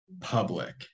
public